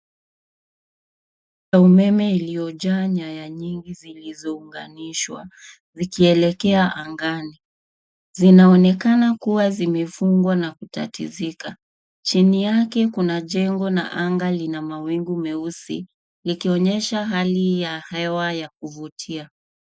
Ya umeme iliyojaa nyaya nyingi zilizounganishwa, zikielekea angani. Zinaonekana kua zimefungwa na kutatizika. Chini yake kuna jengo na anga lina mawingu meusi, likionyesha hali hii ya hewa ya kuvutia.